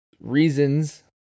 reasons